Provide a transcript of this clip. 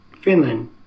finland